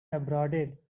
abraded